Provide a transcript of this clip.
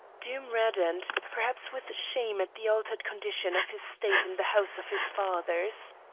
doom reddened, perhaps with shame at the altered condition of his state in the house of his fathers.